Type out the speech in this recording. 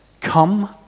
Come